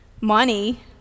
Money